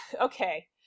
okay